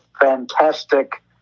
fantastic